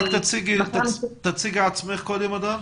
רק תציגי את עצמך קודם, הדר.